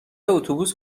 اتوبوس